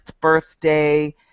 birthday